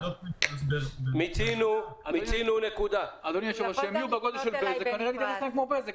הנושא - הצעת חוק התקשורת (בזק